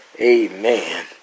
Amen